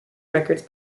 records